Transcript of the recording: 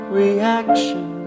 reaction